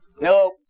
Nope